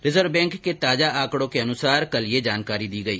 reserve Bank के ताजा आंकडों के अनुसार कल ये जानकारी दी गई